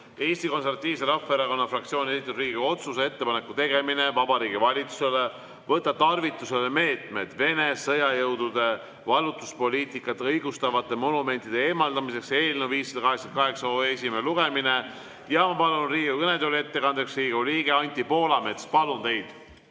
Eesti Konservatiivse Rahvaerakonna fraktsiooni esitatud Riigikogu otsuse "Ettepaneku tegemine Vabariigi Valitsusele võtta tarvitusele meetmed vene sõjajõudude vallutuspoliitikat õigustavate monumentide eemaldamiseks" eelnõu 588 esimene lugemine. Ma palun Riigikogu kõnetooli ettekandeks Riigikogu liikme Anti Poolametsa. Palun teid!